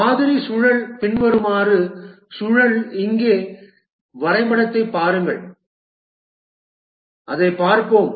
மாதிரி சுழல் பின்வருமாறு சுழல் இங்கே வரைபடத்தைப் பாருங்கள் அதைப் பார்ப்போம்